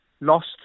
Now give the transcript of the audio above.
lost